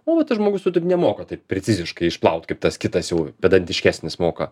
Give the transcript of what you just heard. o tas žmogus nemoka taip preciziškai išplauti kaip tas kitas jau pedantiškesnis moka